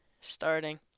starting